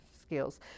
skills